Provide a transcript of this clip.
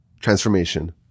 transformation